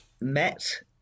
met